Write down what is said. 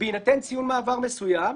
בהינתן ציון מעבר מסוים.